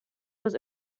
was